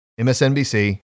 msnbc